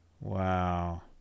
wow